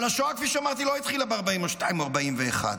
אבל השואה, כפי שאמרתי, לא התחילה ב-1942 או 1941,